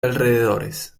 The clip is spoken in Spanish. alrededores